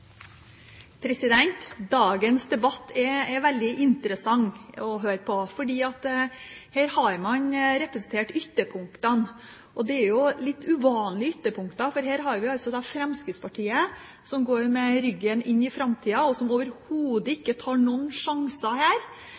veldig interessant å høre på fordi man her har ytterpunktene representert. Og det er jo litt uvanlige ytterpunkter, for her har vi altså Fremskrittspartiet, som går med ryggen inn i framtida, og som overhodet ikke tar